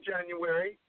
January